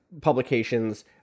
publications